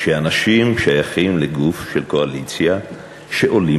שאנשים שייכים לגוף של קואליציה עולים